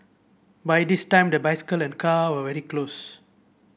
by this time the bicycle and car were very close